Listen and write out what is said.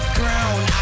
ground